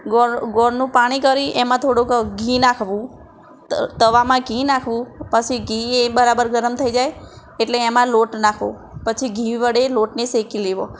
ગોળનું પાણી કરી એમાં થોડુંક ઘી નાખવું તવામાં ઘી નાખવું પછી ઘી એ બરાબર ગરમ થઈ જાય એટલે એમાં લોટ નાખવો અને પછી ઘી વડે લોટને શેકી લેવો